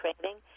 training